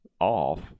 off